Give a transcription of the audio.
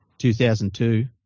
2002